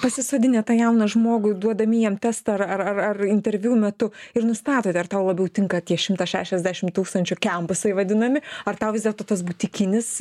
pasisodinę tą jauną žmogų duodami jam testą ar ar ar ar interviu metu ir nustatote ar tau labiau tinka tie šimtas šešiasdešim tūkstančių kempusai vadinami ar tau vis dėlto tas butikinis